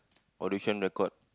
audition record